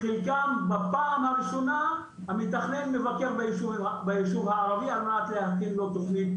חלקם בפעם הראשונה המתכנן מבקר ביישוב הערבי על מנת להכין לו תכנית